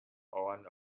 one